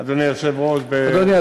אדוני היושב-ראש אדוני,